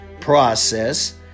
process